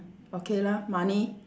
okay lah money